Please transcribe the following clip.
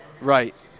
Right